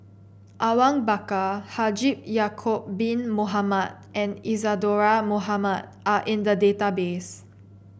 Awang Bakar Haji Ya'acob Bin Mohamed and Isadhora Mohamed are in the database